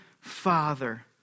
father